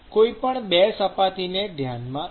કોઈપણ ૨ સપાટીને ધ્યાનમાં લો